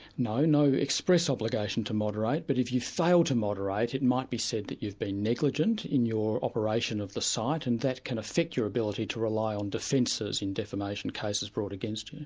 no, no express obligation to moderate, but if you fail to moderate, it might be said that you've been negligent in your operation of the site, and that can affect your ability to rely on defences in defamation cases brought against you.